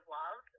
love